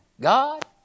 God